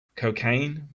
cocaine